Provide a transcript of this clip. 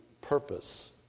purpose